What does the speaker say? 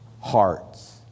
hearts